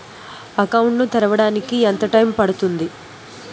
Account ను తెరవడానికి ఎంత టైమ్ పడుతుంది?